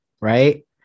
right